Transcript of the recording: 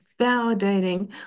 validating